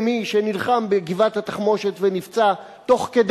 מי שנלחם בגבעת-התחמושת ונפצע תוך כדי,